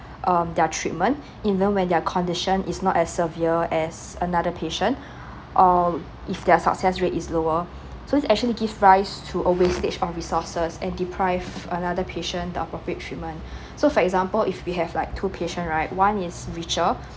um their treatment even when their condition is not as severe as another patient or if their success rate is lower so actually give rise to uh wastage on resources and deprive another patient the appropriate treatment so for example if we have like two patient right one is richer